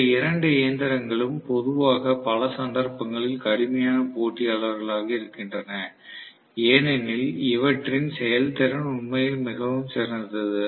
இந்த இரண்டு இயந்திரங்களும் பொதுவாக பல சந்தர்ப்பங்களில் கடுமையான போட்டியாளர்களாக இருக்கின்றன ஏனெனில் இவற்றின் செயல்திறன் உண்மையில் மிகவும் சிறந்தது